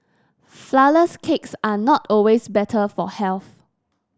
flourless cakes are not always better for health